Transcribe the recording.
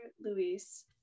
luis